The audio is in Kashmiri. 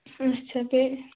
اچھا بیٚیہِ